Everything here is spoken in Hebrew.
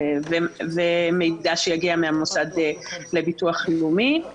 ומידע שיגיע מהמוסד לביטוח לאומי,